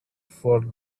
for